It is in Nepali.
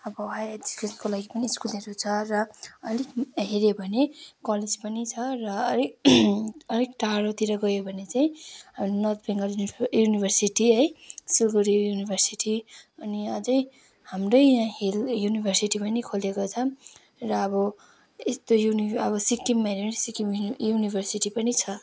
अब हाई एजुकेसनको लागि पनि स्कुलहरू छ र अलिक हेर्यो भने कलेज पनि छ र अलिक अलिक टाढोतिर गयो भने चाहिँ नर्थ बङ्गाल युनिभर्सिटी है सिलगढी युनिभर्सिटी अनि अझै हाम्रै यहाँ हिल युनिभर्सिटी पनि खोलेको छ र अब यस्तो अब सिक्किममा हेर्यो भने सिक्किम युनिभर्सिटी पनि छ